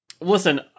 Listen